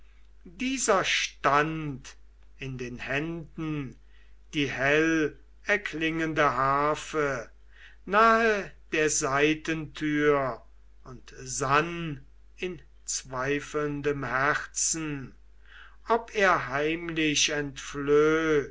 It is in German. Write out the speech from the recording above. dieser stand in den händen die hell erklingende harfe nahe der seitentür und sann in zweifelndem herzen ob er heimlich